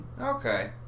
Okay